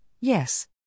yes